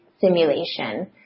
simulation